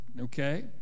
okay